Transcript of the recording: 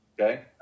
Okay